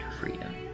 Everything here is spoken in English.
freedom